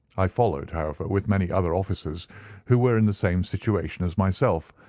i followed, however, with many other officers who were in the same situation as myself,